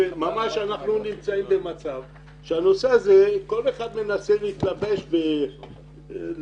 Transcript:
ממש אנחנו נמצאים במצב שכל אחד מנסה להטות את הנושא